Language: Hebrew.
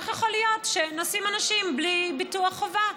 איך יכול להיות שנוסעים אנשים בלי ביטוח חובה?